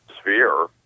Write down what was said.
sphere